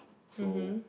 so